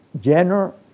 general